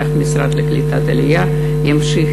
וכך המשרד לקליטת העלייה ימשיך,